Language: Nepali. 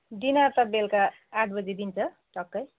डिनर त बेलुका आठ बजी दिन्छ टक्कै